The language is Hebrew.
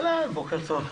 בוקר טוב.